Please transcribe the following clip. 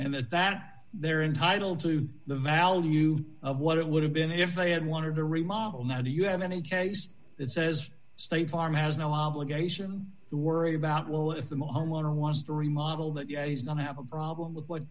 and that that they're entitled to the value of what it would have been if they had wanted to remodel now do you have any case that says state farm has no obligation to worry about will if the moment or wants to remodel that yeah he's done have a problem with what